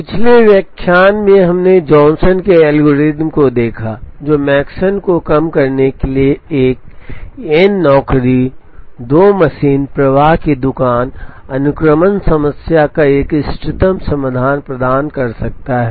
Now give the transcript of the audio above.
पिछले व्याख्यान में हमने जॉनसन के एल्गोरिथ्म को देखा जो मेकसन को कम करने के लिए एक एन नौकरी 2 मशीन प्रवाह की दुकान अनुक्रमण समस्या का एक इष्टतम समाधान प्रदान कर सकता है